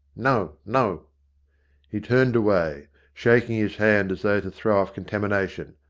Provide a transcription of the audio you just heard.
no, no he turned away, shaking his hand as though to throw off contamination.